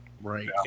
Right